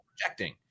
projecting